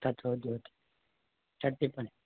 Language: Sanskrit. तत्त्वोद्योतः षट्टिप्पणि